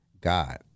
God